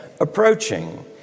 approaching